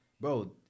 bro